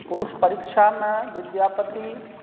पुरुष परीक्षामे विद्यापति